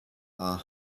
are